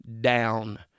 down